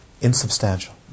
Insubstantial